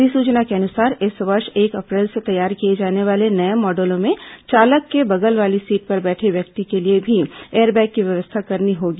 अधिसूचना के अनुसार इस वर्ष एक अप्रैल से तैयार किए जाने वाले नये मॉडलों में चालक के बगल वाली सीट पर बैठे व्यक्ति के लिये भी एयरबैग की व्यवस्था करनी होगी